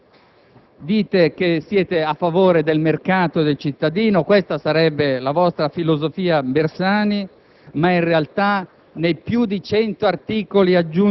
miliardi di vecchie lire. Dite che siete a favore del mercato e del cittadino - questa sarebbe la vostra filosofia Bersani